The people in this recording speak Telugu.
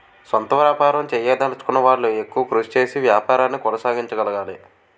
సొంత వ్యాపారం చేయదలచుకున్న వాళ్లు ఎక్కువ కృషి చేసి వ్యాపారాన్ని కొనసాగించగలగాలి